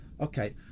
Okay